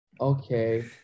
Okay